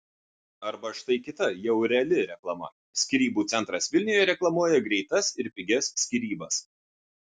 arba štai kita jau reali reklama skyrybų centras vilniuje reklamuoja greitas ir pigias skyrybas